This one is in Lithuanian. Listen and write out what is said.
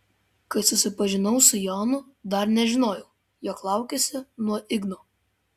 kai susipažinau su jonu dar nežinojau jog laukiuosi nuo igno